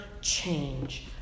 change